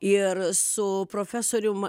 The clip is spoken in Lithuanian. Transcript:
ir su profesorium